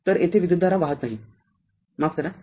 तर येथे विद्युतधारा वाहात नाही माफ करा